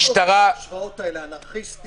חבל שאתה עושה את ההשוואות האלה אנרכיסטים,